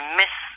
miss